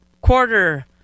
quarter